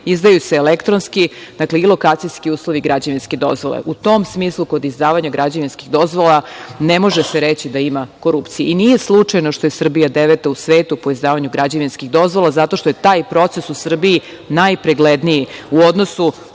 izdaju se elektronski, dakle, i lokacijski uslovi i građevinske dozvole. U tom smislu, kod izdavanja građevinskih dozvola ne može se reći da ima korupcije. Nije slučajno što je Srbija deveta u svetu po izdavanju građevinskih dozvola zato što je taj proces u Srbiji najpregledniji u odnosu